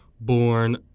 born